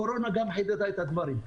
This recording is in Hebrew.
הקורונה גם חידדה את הדברים.